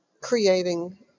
creating